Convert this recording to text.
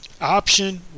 option